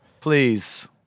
please